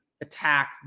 attack